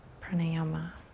pranayama.